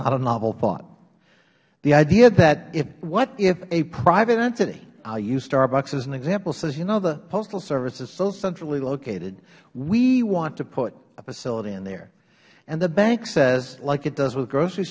not a novel thought the idea that what if a private entity i will use starbucks as an example says you know the postal service is so centrally located we want to put a facility in there and the bank says like it does with grocery